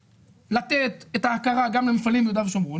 לתת את ההכרה גם למפעלים ביהודה ושומרון,